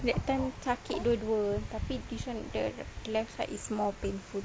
that time sakit dua-dua tapi this [one] the left side is more painful